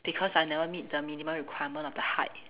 because I never meet the minimum requirement of the height